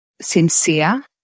sincere